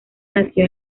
nació